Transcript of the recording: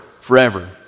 forever